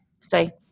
say